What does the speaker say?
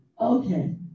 Okay